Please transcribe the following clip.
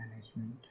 management